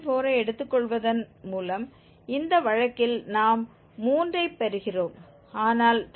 4 ஐ எடுத்துக்கொள்வதன் மூலம் இந்த வழக்கில் நாம் 3ஐ பெறுகிறோம் ஆனால் 3